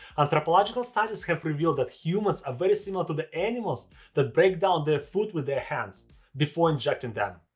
anthropological studies have revealed that humans are very similar to the animals that break down their food with their hands before ingesting them,